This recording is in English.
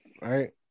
right